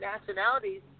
nationalities